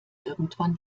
irgendwann